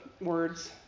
words